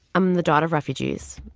i'm the daughter of refugees.